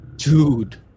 dude